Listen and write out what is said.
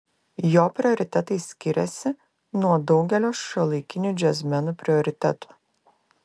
jo prioritetai skiriasi nuo daugelio šiuolaikinių džiazmenų prioritetų